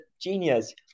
genius